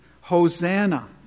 Hosanna